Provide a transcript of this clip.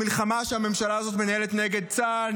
המלחמה שהממשלה הזאת מנהלת נגד צה"ל,